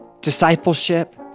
discipleship